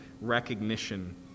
recognition